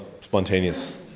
spontaneous